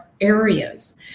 areas